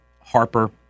Harper